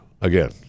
again